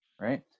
Right